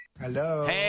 Hello